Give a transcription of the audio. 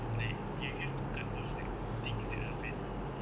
like you you have to cut off like things that are very